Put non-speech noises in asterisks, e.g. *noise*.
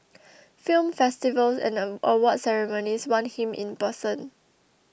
*noise* film festivals and awards ceremonies want him in person